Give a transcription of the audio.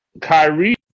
Kyrie